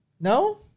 No